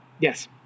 Yes